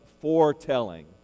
foretelling